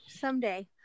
Someday